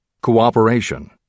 Cooperation